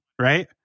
right